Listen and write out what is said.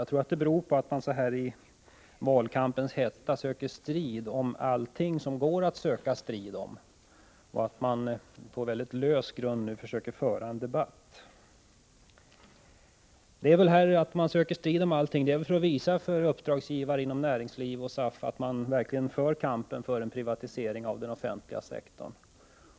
Jag tror att det beror på att man så här i valkampens hetta söker strid om allting som går att strida om och att det är därför man i dag, på mycket lösa grunder, försöker föra en debatt. Att de borgerliga söker strid om allting är väl för att visa för uppdragsgivare inom näringslivet och SAF att man verkligen för kampen för en privatisering av den offentliga sektorn.